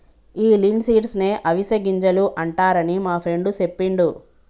ఈ లిన్సీడ్స్ నే అవిసె గింజలు అంటారని మా ఫ్రెండు సెప్పిండు